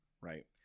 right